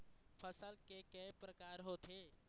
फसल के कय प्रकार होथे?